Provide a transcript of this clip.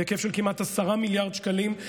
בהיקף של כמעט 10 מיליארד שקלים.